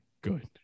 good